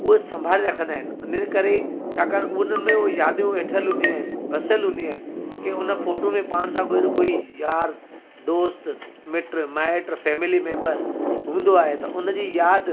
उहा संभाले रखंदा आहिनि उन करे छाकाणि उन्हनि में उहे यादियूं वेठलु हूंदियूं आहिनि वसियलु हूंदियूं आहिनि की उन फ़ोटूं में पाण सां कोई न कोई यार दोस्त मिट माइट फैमिली मेम्बर हूंदो आहे त उन जी यादि